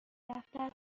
دفتر